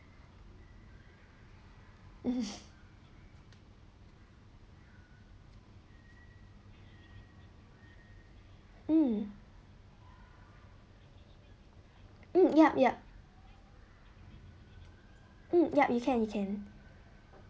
um um yup yup um yup we can we can